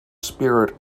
spirit